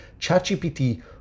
ChatGPT